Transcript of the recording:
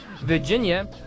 Virginia